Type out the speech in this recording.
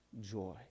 joy